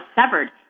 severed